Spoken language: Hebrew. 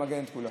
למגן את כולם.